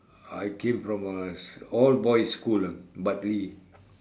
I came from a all boys' school ah Bartley